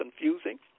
confusing